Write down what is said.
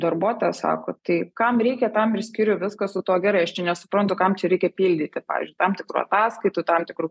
darbuotojas sako tai kam reikia tam ir skiriu viskas su tuo gerai aš čia nesuprantu kam čia reikia pildyti pavyzdžiui tam tikrų ataskaitų tam tikrų